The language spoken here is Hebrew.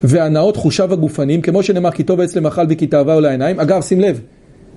והנאות חושיו הגופנים, כמו שנאמר: ״כי טוב העץ למאכל ותאווה הוא לעיניים״, אגב, שים לב